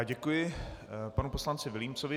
Děkuji panu poslanci Vilímcovi.